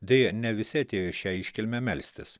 deja ne visi atėjo į šią iškilmę melstis